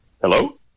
Hello